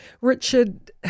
Richard